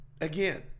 Again